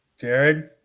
Jared